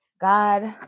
God